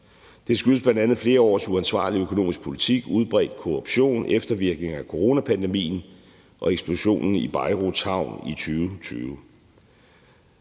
Det skyldes bl.a. flere års uansvarlig økonomisk politik, udbredt korruption, eftervirkninger af coronapandemien og eksplosionen i Beiruts havn i 2020.